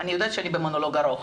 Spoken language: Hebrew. אני יודעת שאני במונולוג ארוך,